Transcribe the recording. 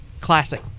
Classic